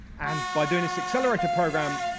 and by doing this accelerator program,